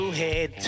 head